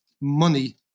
money